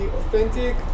authentic